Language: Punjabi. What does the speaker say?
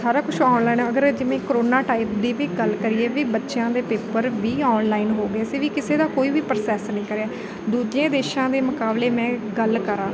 ਸਾਰਾ ਕੁਛ ਔਨਲੈਨ ਅਗਰ ਜਿਵੇਂ ਕਰੋਨਾ ਟਾਈਮ ਦੀ ਵੀ ਗੱਲ ਕਰੀਏ ਵੀ ਬੱਚਿਆਂ ਦੇ ਪੇਪਰ ਵੀ ਔਨਲਾਈਨ ਹੋ ਗਏ ਸੀ ਵੀ ਕਿਸੇ ਦਾ ਕੋਈ ਵੀ ਪ੍ਰੋਸੈਸ ਨਹੀਂ ਕਰਿਆ ਦੂਜਿਆਂ ਦੇਸ਼ਾਂ ਦੇ ਮੁਕਾਬਲੇ ਮੈਂ ਗੱਲ ਕਰਾਂ